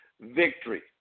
victory